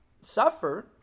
suffer